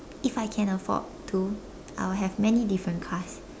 if I can afford to I will have many different cars